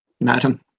madam